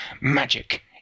Magic